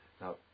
now